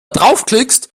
draufklickst